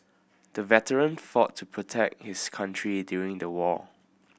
the veteran fought to protect his country during the war